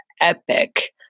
epic